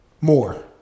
more